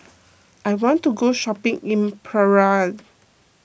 I want to go shopping in Praia